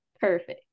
perfect